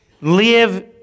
live